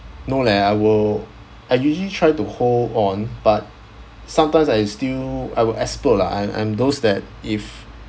no leh I will I usually try to hold on but sometimes I still I will explode lah and and those that if